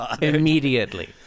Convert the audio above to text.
immediately